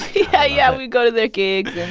yeah yeah, we'd go to their gigs. and,